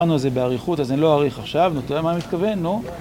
אמרנו זה באריכות, אז אני לא אאריך עכשיו, נו תראה מה מתכוון, נו.